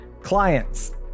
Clients